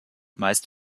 meist